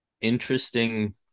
interesting